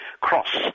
cross